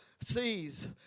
sees